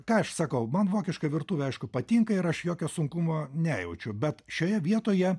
ką aš sakau man vokiška virtuvė aišku patinka ir aš jokio sunkumo nejaučiau bet šioje vietoje